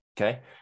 Okay